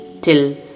Till